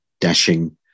dashing